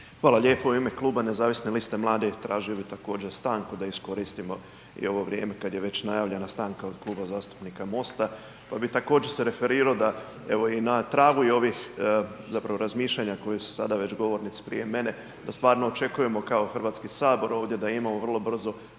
Hvala lijepa. U ime kluba Nezavisne liste mladih tražio bih također stanku da iskoristimo ovo vrijeme kada je već najavljena stanka od Kluba zastupnika MOST-a, pa bi se također referirao da evo i na tragu ovih razmišljanja koja su sad već govornici prije mene da stvarno očekujemo kao Hrvatski sabor ovdje da imamo vrlo brzo